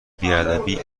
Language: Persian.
بیادبی